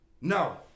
No